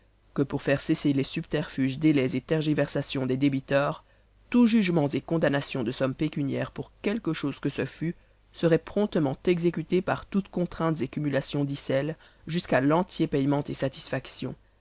que pour faire cesser les subterfuges délais et tergiversations des débiteurs tous jugemens et condamnations de sommes pécuniaires pour quelque chose que ce fût seraient promptement exécutés par toutes contraintes et cumulations d'icelles jusqu'à l'entier paiement et satisfaction